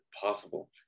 possible